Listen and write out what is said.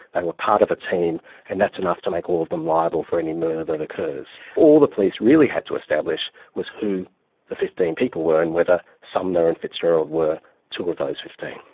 they were part of a team and that's enough to make all of them liable for any murder that occurs. all the police really had to establish was who the fifteen people were and whether sumner and fitzgerald were two of those fifteen.